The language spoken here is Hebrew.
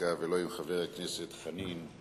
זחאלקה ולא עם חבר הכנסת חנין,